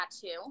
tattoo